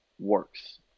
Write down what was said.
works